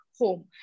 home